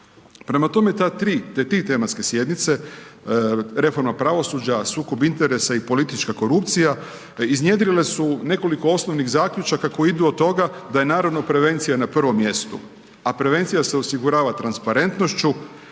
Prema tome, te tri tematske sjednice, reforma pravosuđa, sukob interesa i politička korupcija, iznjedrile su nekoliko osnovnih zaključaka koji idu od toga da je naravno prevencija na prvom mjestu. a prevencija se osigurava transparentnošću,